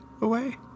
away